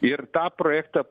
ir tą projektą